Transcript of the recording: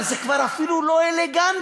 אבל זה כבר אפילו לא אלגנטי.